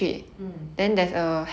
mm